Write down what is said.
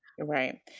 Right